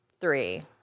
three